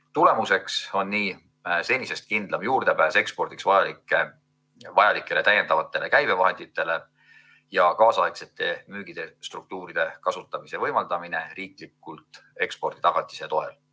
Tulemuseks on senisest kindlam juurdepääs ekspordiks vajalikele täiendavatele käibevahenditele ja kaasaegsete müügistruktuuride kasutamise võimaldamine riikliku eksporditagatise toel.